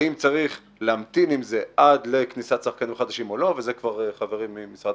האם צריך להמתין עם זה עד לכניסת שחקנים חדשים או לא וחברי ממשרד